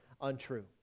untrue